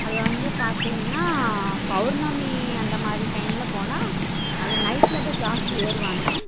அது வந்து பார்த்தீங்கனா பௌவுர்ணமி அந்தமாதிரி டைமில் போனால் நல்லா நைட்டில் தான் ஜாஸ்தி ஏறுவாங்க